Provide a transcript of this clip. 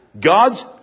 God's